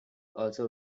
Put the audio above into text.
also